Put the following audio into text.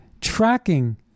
tracking